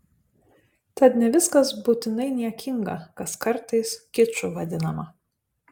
tad ne viskas būtinai niekinga kas kartais kiču vadinama